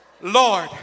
Lord